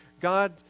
God